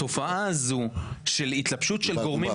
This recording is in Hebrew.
התופעה הזו של התלבשות של גורמים